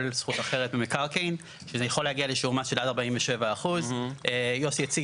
זכות אחרת במקרקעין וזה יכול להגיע לשיעור מס של עד 47%. יוסי הציג